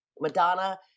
Madonna